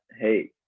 hey